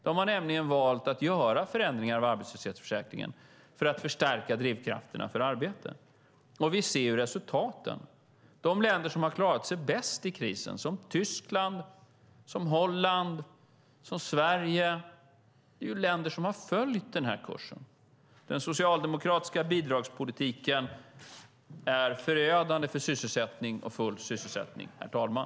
De har nämligen valt att göra förändringar av arbetslöshetsförsäkringen för att förstärka drivkrafterna för arbete. Och vi ser resultaten. De länder som har klarat sig bäst i krisen, som Tyskland, Holland och Sverige, är länder som följt denna kurs. Den socialdemokratiska bidragspolitiken är förödande för sysselsättning och full sysselsättning, herr talman.